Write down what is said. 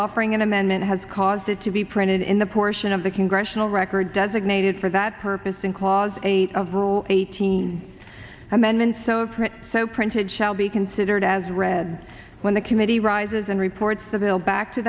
offering an amendment has caused it to be printed in the portion of the congressional record designated for that purpose in clause eight of rule eighteen amendments so apparent so printed shall be considered as read when the committee rises and reports the bill back to